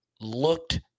looked